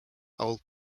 old